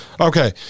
okay